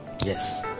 Yes